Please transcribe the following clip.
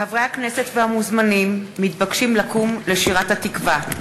חברי הכנסת והמוזמנים מתבקשים לקום לשירת "התקווה".